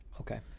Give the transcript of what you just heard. Okay